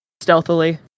stealthily